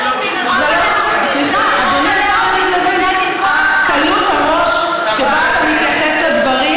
יריב לוין, קלות הראש שבה אתה מתייחס לדברים,